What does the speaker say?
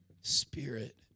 spirit